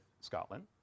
Scotland